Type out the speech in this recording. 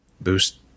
boost